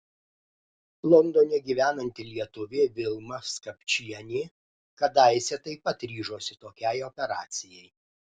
londone gyvenanti lietuvė vilma skapčienė kadaise taip pat ryžosi tokiai operacijai